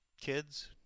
kids